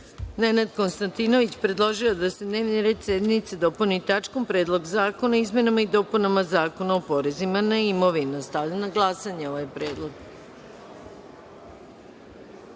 Nenad Konstantinović predložio je da se dnevni red sednice dopuni tačkom – Predlog zakona o izmenama i dopunama Zakona o porezima na imovinu. Stavljam na glasanje ovaj